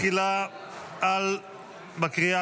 התשפ"ה 2024. אנחנו נצביע תחילה בקריאה